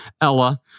Ella